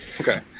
Okay